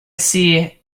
see